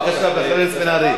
בבקשה, חבר הכנסת בן-ארי.